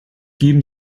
geben